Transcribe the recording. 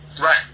Right